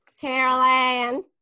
carolyn